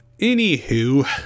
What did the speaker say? Anywho